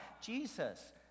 Jesus